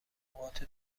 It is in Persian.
نقاط